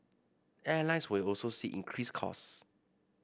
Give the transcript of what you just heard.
airlines will also see increased costs